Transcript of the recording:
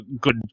good